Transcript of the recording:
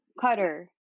cutter